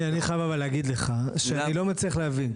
חייב להגיד לך שאני לא מצליח להבין.